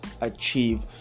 achieve